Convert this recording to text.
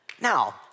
Now